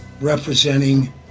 representing